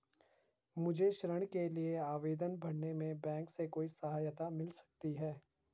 मुझे ऋण के लिए आवेदन भरने में बैंक से कोई सहायता मिल सकती है?